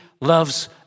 loves